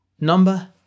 Number